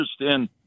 understand